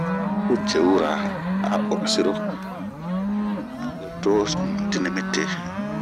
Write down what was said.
de ceu ra a urasi ro, aro co madini mite.